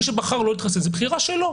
מי שבחר לא להתחסן זו בחירה שלו,